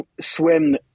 swim